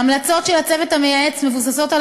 ההמלצות של הצוות המייעץ מבוססות על